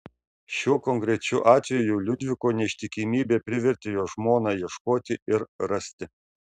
šiuo konkrečiu atveju liudviko neištikimybė privertė jo žmoną ieškoti ir rasti